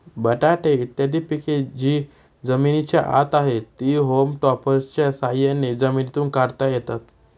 बटाटे इत्यादी पिके जी जमिनीच्या आत आहेत, ती होम टॉपर्सच्या साह्याने जमिनीतून काढता येतात